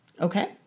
Okay